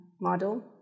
model